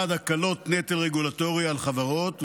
1. הקלות נטל רגולטורי על חברות,